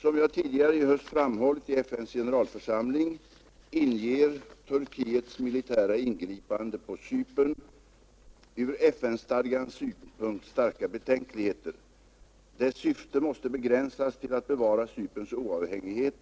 Som jag tidigare i höst framhållit i FN:s generalförsamling, inger Turkiets militära ingripande på Cypern ur FN-stadgans synpunkt starka betänkligheter. Dess syfte måste begränsas till att bevara Cyperns oavhängighet